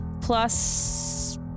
Plus